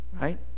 right